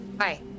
hi